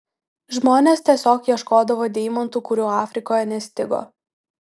žmonės tiesiog ieškodavo deimantų kurių afrikoje nestigo